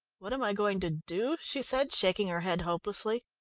what am i going to do? she said, shaking her head, hopelessly.